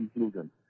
inclusion